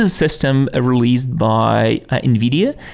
ah system released by nvidia.